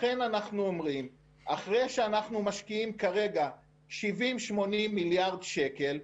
לכן אנחנו אומרים שאחרי שאנחנו משקיעים כרגע 80-70 מיליארד שקלים,